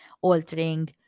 altering